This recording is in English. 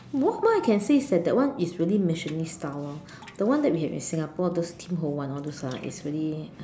what what I can say is that that one is really Michelin star lor the one that we had in Singapore those Tim-Ho-Wan all those ah is really